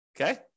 Okay